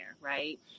right